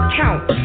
count